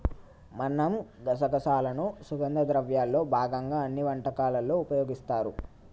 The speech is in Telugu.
మనం గసగసాలను సుగంధ ద్రవ్యాల్లో భాగంగా అన్ని వంటకాలలో ఉపయోగిస్తారు